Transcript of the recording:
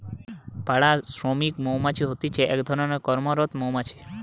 পাড়া শ্রমিক মৌমাছি হতিছে এক ধরণের কর্মরত মৌমাছি